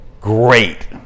great